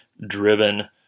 driven